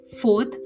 Fourth